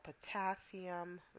potassium